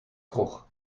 kroeg